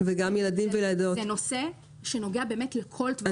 זה נושא שנוגע לכל טווח האוכלוסייה.